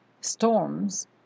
storms